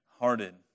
hearted